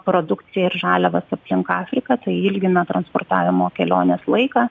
produkciją ir žaliavas aplink afriką tai ilgina transportavimo kelionės laiką